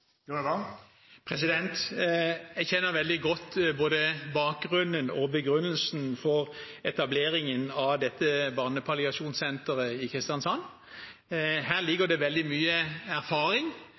Jeg kjenner veldig godt både bakgrunnen og begrunnelsen for etableringen av barnepalliasjonssenteret i Kristiansand. Her